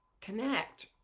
connect